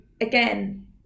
again